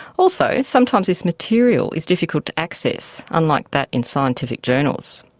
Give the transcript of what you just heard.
also, sometimes this material is difficult to access, unlike that in scientific journals.